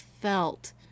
felt